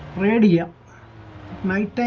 radio night